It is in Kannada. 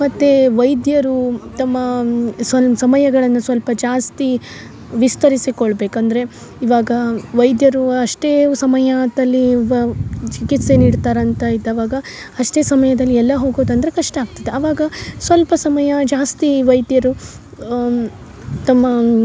ಮತ್ತು ವೈದ್ಯರು ತಮ್ಮ ಸಮಯಗಳನ್ನ ಸ್ವಲ್ಪ ಜಾಸ್ತಿ ವಿಸ್ತರಿಸಿಕೊಳ್ಬೇಕು ಅಂದರೆ ಇವಾಗ ವೈದ್ಯರು ಅಷ್ಟೇ ಸಮಯದಲ್ಲಿ ವ ಚಿಕಿತ್ಸೆ ನೀಡ್ತಾರಂತ ಇದ್ದಾಗ ಅಷ್ಟೇ ಸಮಯದಲ್ಲಿ ಎಲ್ಲೆ ಹೋಗೋದಂದ್ರ ಕಷ್ಟ ಆಗ್ತದೆ ಅವಾಗ ಸ್ವಲ್ಪ ಸಮಯ ಜಾಸ್ತಿ ವೈದ್ಯರು ತಮ್ಮ